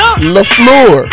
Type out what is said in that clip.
LaFleur